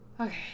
Okay